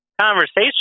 conversation